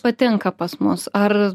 patinka pas mus ar